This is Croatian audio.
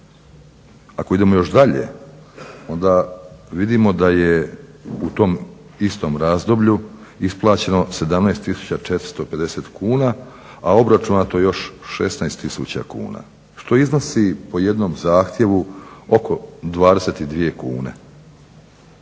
Ako idemo još dalje onda vidimo da je u tom istom razdoblju isplaćeno 17450 kn, a obračunato još 16000 kn što iznosi po jednom zahtjevu oko 22 kune.